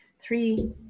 three